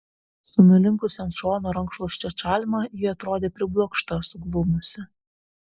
su nuslinkusia ant šono rankšluosčio čalma ji atrodė priblokšta suglumusi